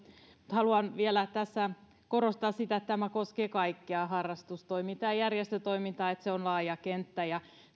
haluan vielä tässä korostaa sitä että tämä koskee kaikkea harrastustoimintaa ja järjestötoimintaa se on laaja kenttä